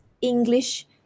English